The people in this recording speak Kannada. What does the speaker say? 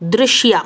ದೃಶ್ಯ